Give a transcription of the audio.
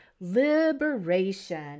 liberation